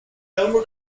elmer